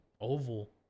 oval